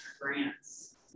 grants